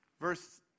Verse